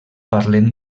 parlem